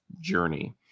journey